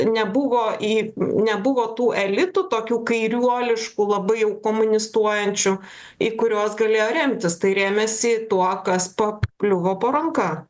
nebuvo į nebuvo tų elitų tokių kairiuoliškų labai jau komunistuojančių į kuriuos galėjo remtis tai remėsi tuo kas pakliuvo po ranka